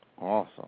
Awesome